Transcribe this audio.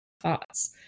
thoughts